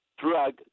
drug